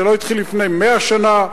זה לא התחיל לפני 100 שנה,